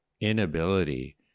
inability